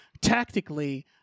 tactically